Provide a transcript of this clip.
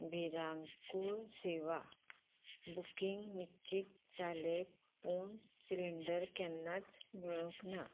भिरांकूळ सेवा बुकींग निश्चीत जालें पूण सिलींडर केन्नाच मेळूंक ना